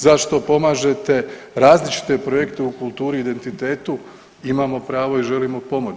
Zašto pomažete različite projekte u kulturi i identitetu, imamo pravo i želimo pomoć.